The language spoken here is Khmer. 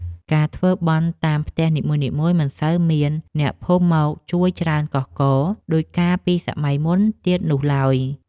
ការធ្វើបុណ្យតាមផ្ទះនីមួយៗមិនសូវមានអ្នកភូមិមកជួយច្រើនកុះករដូចកាលពីសម័យមុនទៀតនោះឡើយ។